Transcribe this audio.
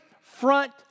front